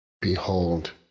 Behold